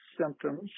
symptoms